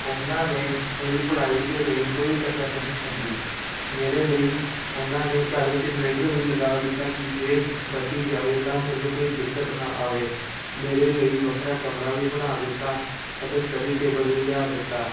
ਉਹਨਾਂ ਨੇ ਮੇਰੀ ਪੜ੍ਹਾਈ ਦੇ ਲਈ ਕੋਈ ਕਸਰ ਨਹੀਂ ਛੱਡੀ ਮੇਰੇ ਲਈ ਉਹਨਾਂ ਨੇ ਘਰ ਵਿੱਚ ਇਨਵੇਟਰ ਵੀ ਲਗਾ ਦਿੱਤਾ ਕਿ ਜੇ ਬੱਤੀ ਜਾਵੇ ਤਾਂ ਮੈਨੂੰ ਕੋਈ ਦਿੱਕਤ ਨਾ ਆਵੇ ਮੇਰੇ ਲਈ ਵੱਖਰਾ ਕਮਰਾ ਵੀ ਬਣਾ ਦਿੱਤਾ ਅਤੇ ਸਟੱਡੀ ਟੇਬਲ ਵੀ ਲਿਆ ਦਿੱਤਾ